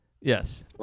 yes